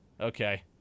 okay